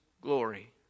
glory